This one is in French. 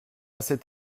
cet